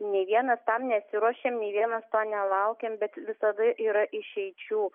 nei vienas tam nesiruošėm nei vienas to nelaukėm bet visada yra išeičių